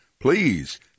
Please